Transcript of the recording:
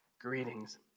Greetings